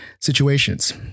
situations